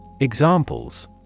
Examples